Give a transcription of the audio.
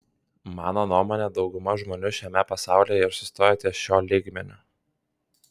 mano nuomone dauguma žmonių šiame pasaulyje ir sustojo ties šiuo lygmeniu